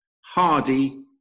hardy